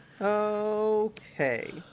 Okay